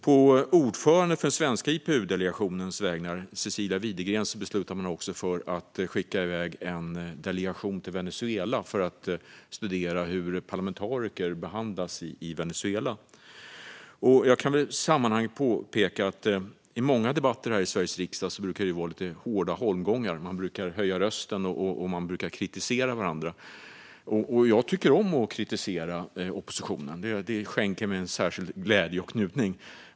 På initiativ av ordföranden för den svenska IPU-delegationen Cecilia Widegren beslutade man sig också för att skicka iväg en delegation till Venezuela för att studera hur parlamentariker behandlas där. Jag kan i sammanhanget påpeka att det i många debatter här i Sveriges riksdag brukar vara lite hårda holmgångar. Man brukar höja rösten, och man brukar kritisera varandra. Jag tycker om att kritisera oppositionen; det skänker mig en särskild glädje och njutning.